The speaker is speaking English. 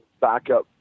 backup